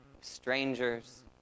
strangers